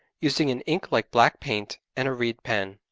using an ink like black paint, and a reed pen.